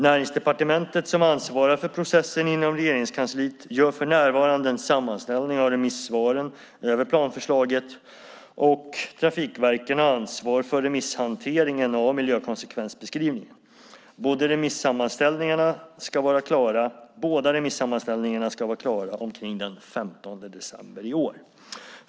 Näringsdepartementet, som ansvarar för processen inom Regeringskansliet, gör för närvarande en sammanställning av remissvaren över planförslaget. Trafikverken har ansvar för remisshanteringen av miljökonsekvensbeskrivningen. Båda remissammanställningarna ska vara klara omkring den 15 december i år.